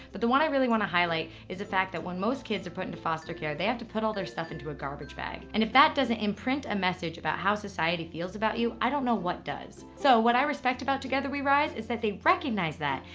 but the one i really want to highlight is the fact that when most kids are put into foster care, they have to put all their stuff into a garbage bag. and if that doesn't imprint a message about how society feels about you, i don't know what does. so, what i respect about together we rise is that they recognize that,